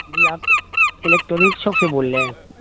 جی آپ electronic shop سے بول رہے ہیں